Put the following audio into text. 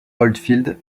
oldfield